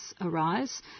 arise